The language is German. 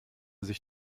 sich